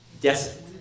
Yes